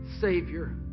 Savior